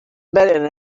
better